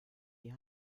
die